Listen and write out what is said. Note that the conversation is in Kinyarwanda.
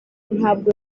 ntabwo